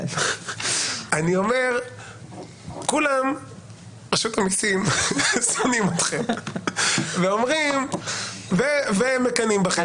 כולם ברשות המיסים שונאים אתכם ומקנאים בכם.